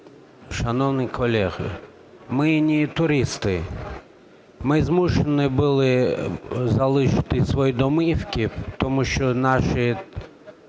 Шановні колеги, ми не туристи, ми змушені були залишити свої домівки, тому що нас